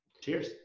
Cheers